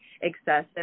excessive